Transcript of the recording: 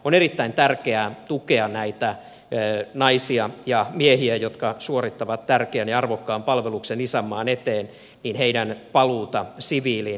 on erittäin tärkeää tukea näiden naisten ja miesten jotka suorittavat tärkeän ja arvokkaan palveluksen isänmaan eteen paluuta siviiliin